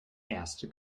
erste